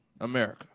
America